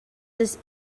this